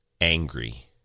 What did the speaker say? angry